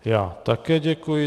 Já také děkuji.